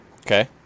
Okay